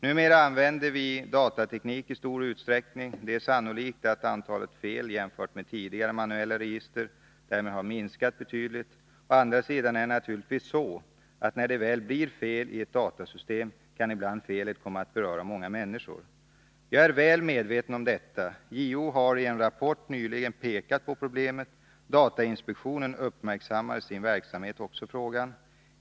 Numera använder vi datateknik i stor utsträckning. Det är sannolikt att antalet fel jämfört med tidigare manuella register därmed har minskat betydligt. Å andra sidan är det naturligtvis så, att när det väl blir fel i ett datasystem kan felet ibland komma att beröra många människor. Jag är väl medveten om detta. JO har i en rapport nyligen pekat på problemet. Datainspektionen uppmärksammar i sin verksamhet också frågan.